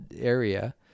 area